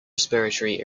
respiratory